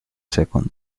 second